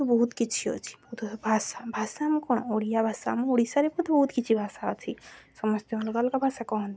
ବହୁତ କିଛି ଅଛି ଭାଷା ଭାଷା ଆମ କ'ଣ ଓଡ଼ିଆ ଭାଷା ଆମ ଓଡ଼ିଶାରେ ମଧ୍ୟେ ବହୁତ କିଛି ଭାଷା ଅଛି ସମସ୍ତେ ଅଲଗା ଅଲଗା ଭାଷା କୁହନ୍ତି